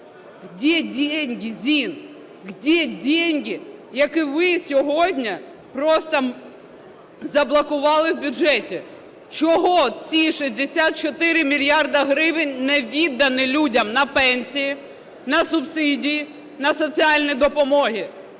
"где деньги, Зин?" Где деньги, які ви сьогодні просто заблокували в бюджеті? Чого ці 64 мільярди гривень невіддані людям на пенсії, на субсидії, на соціальні допомоги?